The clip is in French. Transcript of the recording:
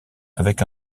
avec